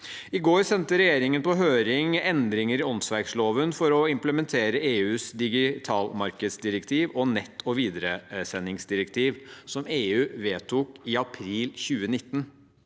I går sendte regjeringen på høring endringer i åndsverksloven for å implementere EUs digitalmarkedsdirektiv og nett- og videresendingsdirektiv, som EU vedtok i april 2019.